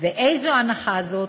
איזו הנחה זאת?